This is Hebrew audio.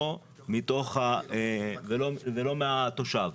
ולא מהתושב.